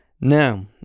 now